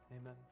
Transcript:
Amen